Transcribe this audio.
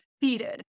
defeated